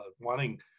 wanting